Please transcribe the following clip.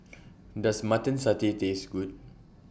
Does Mutton Satay Taste Good